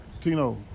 Tino